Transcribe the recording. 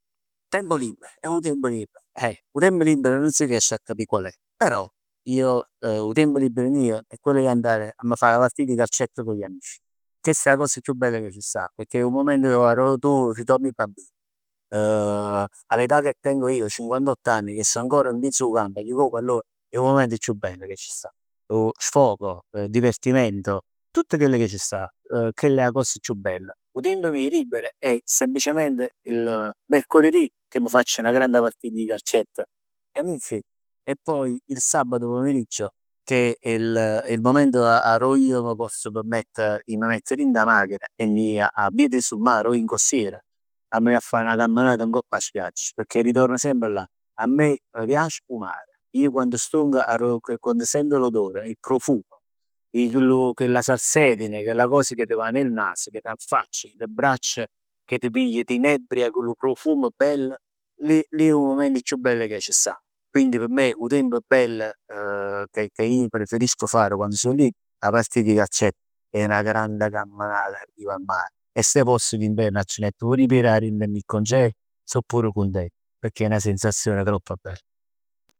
Tempo libero, eh 'o tiemp libero. Ae, 'o tiempo libero nun s' riesce a capì qual è, però io 'o tiempo libero mio è quello di andare 'a m' fà 'na partit 'e calcetto con gli amici. Chest è 'a cosa chiù bella ca c' sta, pecchè è 'o momento arò tu ritorni bambino. 'A l'età che tengo io, cinquantotto anni che sto ancor miezz 'o campo 'a jucà 'o pallon è 'o momento chiù bello cà c' sta. Sfogo, divertimento, tutt chell cà c' sta, chellà è 'a cos chiù bella. 'O tiempo mio libero è semplicemente, il mercoledì che m' facc 'na granda partita 'e calcetto cu gli amici e poi il sabato pomeriggio che è il il momento arò ij m' pozz permetter 'e m' mett dint 'a machin e ji 'a Vietri sul Mare o in Costiera, p' m' ji a fa 'na camminat ngopp 'a spiaggia, pecchè ritorno semp là. A me m' piac 'o mar. Ij quann stong arò quann sent l'odore, 'o profumo, chella salsedine, chella cos, cà m' va nel naso, che t'affacci, t'abbraccia, t'pigl, t'inebria, chill profum bell, lì è 'o mument chiù bell cà c' sta, quindi p' me 'o tiemp bell che ij preferisco fare quando song libero è 'a partita 'e calcetto e 'na grande camminata in riva al mare e se posso in inverno 'a c' metter pur 'e pier a'int e me congel sò pur cuntent pecchè è 'na sensazion tropp bell.